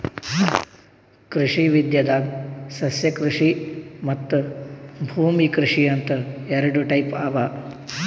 ಕೃಷಿ ವಿದ್ಯೆದಾಗ್ ಸಸ್ಯಕೃಷಿ ಮತ್ತ್ ಭೂಮಿ ಕೃಷಿ ಅಂತ್ ಎರಡ ಟೈಪ್ ಅವಾ